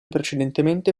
precedentemente